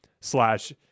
slash